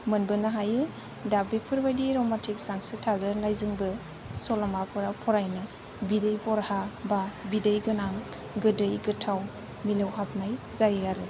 मोनबोनो हायो दा बेफोरबायदि रमान्टिक सानस्रि थाजानाय जोंबो सल'माफोराव फरायनो बिदै बह्रा बा बिदै गोनां गोदै गोथाव मिलौहाबनाय जायो आरो